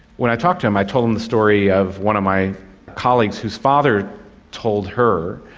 when i talked to him i told him the story of one of my colleagues whose father told her,